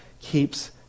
keeps